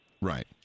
Right